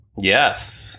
Yes